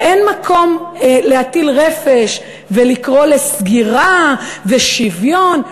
ואין מקום להטיל רפש, ולקרוא לסגירה ושוויון.